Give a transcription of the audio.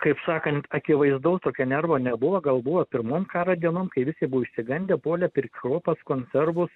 kaip sakant akivaizdaus tokio nervo nebuvo gal buvo pirmom karo dienom kai visi išsigandę puolė pirkt kruopas konservus